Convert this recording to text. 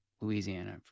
Louisiana